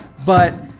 but,